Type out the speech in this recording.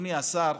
אדוני השר,